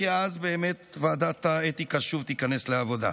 כי אז באמת ועדת האתיקה תיכנס שוב לעבודה.